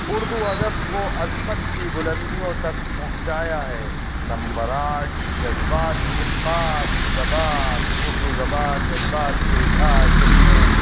اردو ادب کو عظمت کی بلندیوں تک پہنچایا ہے نمبر آٹھ جذبات کی خاص زبان اردو زبان جذبات کے اظہار کے لیے